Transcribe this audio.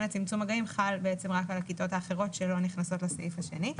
צמצום המגעים חל רק על הכיתות האחרות שלא נכנסות לסעיף השני.